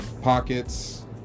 Pockets